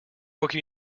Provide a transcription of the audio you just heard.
pochi